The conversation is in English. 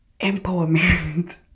empowerment